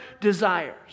desires